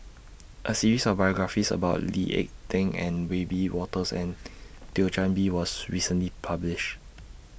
A series of biographies about Lee Ek Tieng and Wiebe Wolters and Thio Chan Bee was recently published